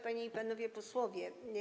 Panie i Panowie Posłowie!